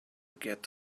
get